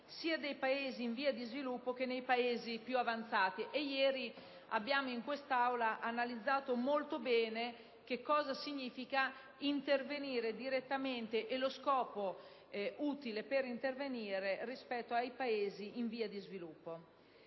sia dei Paesi in via sviluppo, che dei Paesi più avanzati, e ieri abbiamo in quest'Aula analizzato molto bene che cosa significa intervenire direttamente e lo scopo utile per intervenire rispetto ai Paesi in via di sviluppo.